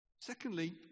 Secondly